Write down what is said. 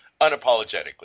unapologetically